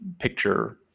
picture